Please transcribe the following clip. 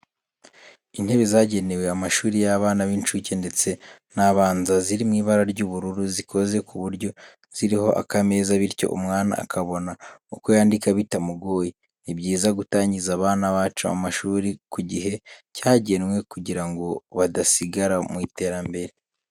Intebe zagenewe amashuri y'abana b'incuke ndetse n'abanza ziri mu ibara ry'ubururu zikoze ku buryo ziriho akameza, bityo umwana akabona uko yandika bitamugoye. Ni byiza gutangiza abana bacu amashuri ku gihe cyagenwe kugira ngo badasigara mu iterambere.